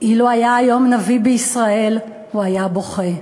"אילו היה היום נביא בישראל, הוא היה בוכה".